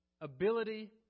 ability